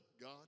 God